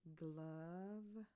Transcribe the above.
glove